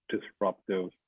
disruptive